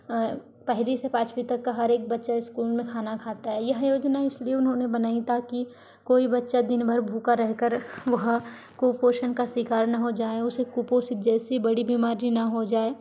पहली से पांचवी तक का हर एक बच्चा स्कूल में खाना खाता है यह योजना इसलिए उन्होंने बनाई ताकि कोई बच्चा दिन भर भूखा रह कर वह कुपोषण का शिकार ना हो जाए उसे कुपोशित जैसी बड़ी बीमारी ना हो जाए